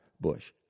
Bush